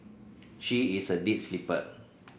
she is a deep sleeper